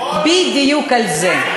בדיוק על זה.